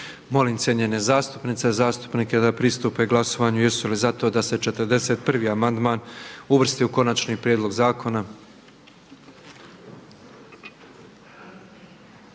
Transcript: Molim cijenjene zastupnice i zastupnike da pristupe glasovanju tko je za to da se predloženi amandman uvrsti u konačni prijedlog zakona?